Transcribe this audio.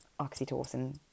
oxytocin